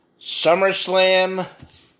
SummerSlam